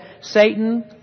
Satan